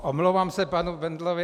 Omlouvám se panu Bendlovi.